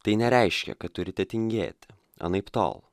tai nereiškia kad turite tingėt anaiptol